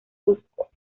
cusco